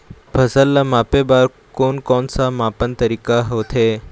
फसल ला मापे बार कोन कौन सा मापन तरीका होथे?